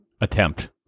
attempt